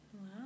wow